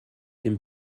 dem